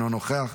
אינו נוכח,